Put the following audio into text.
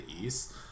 East